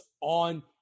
on